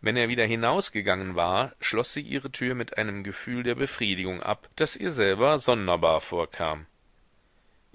wenn er wieder hinausgegangen war schloß sie ihre tür mit einem gefühl der befriedigung ab das ihr selber sonderbar vorkam